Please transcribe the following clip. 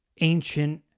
ancient